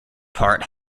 part